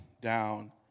down